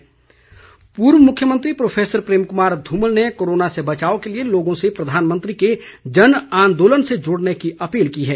Dhumal appeal पूर्व मुख्यमंत्री professor Prem Kumar Dhumal ने कोरोना से बचाव के लिये लोगों से प्रधानमंत्री के जन आन्दोलन से जुड़ने की अपील की है